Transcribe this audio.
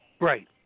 Right